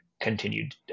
continued